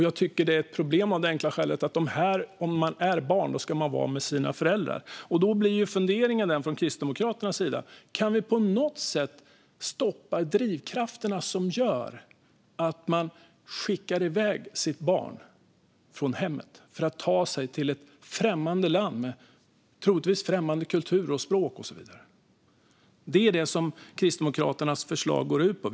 Jag tycker att det är ett problem av det enkla skälet att om man är barn ska man vara med sina föräldrar. Då blir funderingen från Kristdemokraternas sida: Kan vi på något sätt stoppa drivkrafterna som gör att man skickar iväg sitt barn från hemmet för att ta sig till ett främmande land, troligtvis också med en främmande kultur och ett främmande språk? Det är det här som Kristdemokraternas förslag går ut på.